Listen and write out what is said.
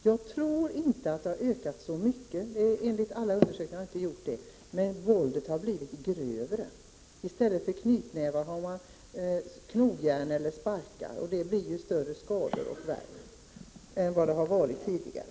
Jag tror inte att våldet har ökat så mycket — enligt alla undersökningar har det inte gjort det — men våldet har blivit grövre. I stället för knytnävar använder man knogjärn eller sparkar. Därmed blir skadorna också större än vad de har varit tidigare.